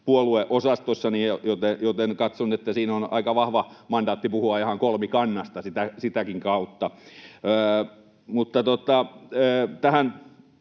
puolueosastossani, joten katson, että siinä on aika vahva mandaatti puhua ihan kolmikannasta sitäkin kautta.